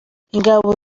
ingabo